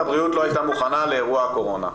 מערכת הבריאות לא הייתה מוכנה לאירוע הקורונה,